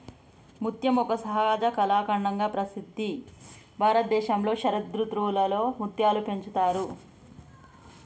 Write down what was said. ముత్యం ఒక సహజ కళాఖండంగా ప్రసిద్ధి భారతదేశంలో శరదృతువులో ముత్యాలు పెంచుతారు